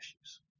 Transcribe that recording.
issues